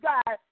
God